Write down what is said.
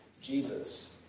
Jesus